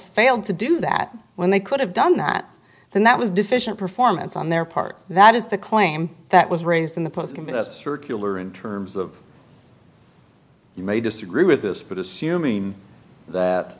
failed to do that when they could have done that then that was deficient performance on their part that is the claim that was raised in the post can be that circular in terms of you may disagree with this but assuming